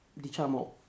diciamo